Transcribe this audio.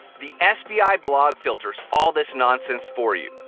the sbi blog filters all this nonsense for you,